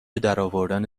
درآوردن